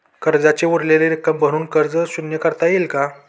कर्जाची उरलेली रक्कम भरून कर्ज शून्य करता येईल का?